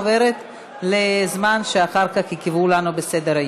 ורק ההצבעה עוברת לזמן שאחר כך יקבעו לנו בסדר-היום.